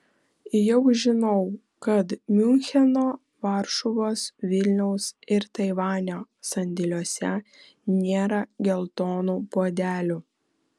jau žinau kad miuncheno varšuvos vilniaus ir taivanio sandėliuose nėra geltonų puodelių